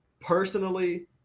personally